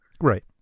Right